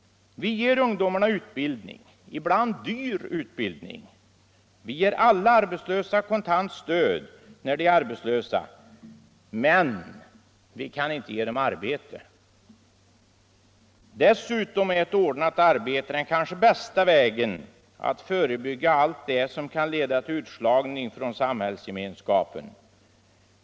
Vi ger ungdomarna utbildning - ibland dyr utbildning. Vi ger alla arbetslösa kontant stöd när de är arbetslösa. Men vi kan inte ge dem arbete. Dessutom är ett ordnat arbete den kanske bästa vägen att förebygga allt det som kan leda till utslagning från samhällsgemenskapen.